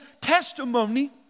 testimony